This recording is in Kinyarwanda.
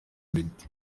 meddy